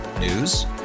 News